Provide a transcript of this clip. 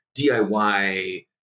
DIY